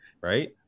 right